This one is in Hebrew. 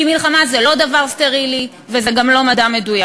כי מלחמה זה לא דבר סטרילי, וזה גם לא מדע מדויק.